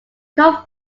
called